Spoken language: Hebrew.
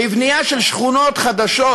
בבנייה של שכונות חדשות.